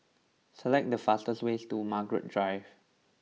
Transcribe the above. select the fastest way to Margaret Drive